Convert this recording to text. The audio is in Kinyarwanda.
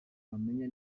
wamenya